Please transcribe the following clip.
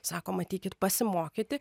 sakom ateikit pasimokyti